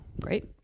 Great